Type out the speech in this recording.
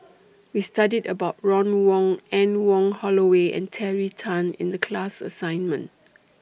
We studied about Ron Wong Anne Wong Holloway and Terry Tan in The class assignment